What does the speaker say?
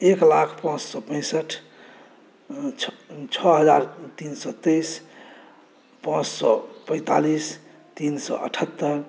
एक लाख पाँच सए पैंसठ छओ हज़ार तीन सए तेइस पाँच सए पैंतालीस तीन सए अठहत्तरि